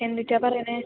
എന്തുട്ടാ പറയുന്നത്